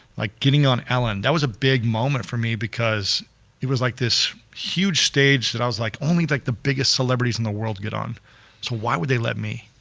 like getting on ellen, that was a big moment for me, because it was like this huge stage, that i was like, only like the biggest celebrities in the world get on, so why would they let me?